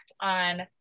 on